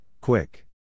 quick